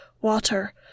water